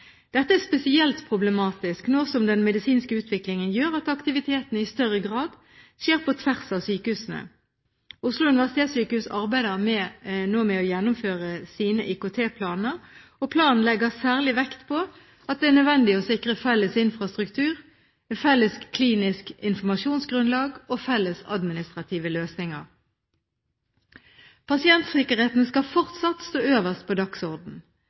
Dette er spesielt problematisk nå som den medisinske utviklingen gjør at aktiviteten i større grad skjer på tvers av sykehusene. Oslo universitetssykehus arbeider nå med å gjennomføre sin IKT-plan. Planen legger særlig vekt på at det er nødvendig å sikre felles infrastruktur, et felles klinisk informasjonsgrunnlag og felles administrative løsninger. Pasientsikkerheten skal fortsatt stå øverst på